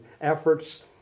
efforts